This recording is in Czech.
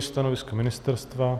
Stanovisko ministerstva?